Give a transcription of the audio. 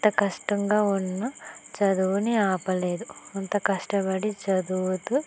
ఎంత కష్టంగా ఉన్న చదువుని ఆపలేదు అంత కష్టపడి చదువుతు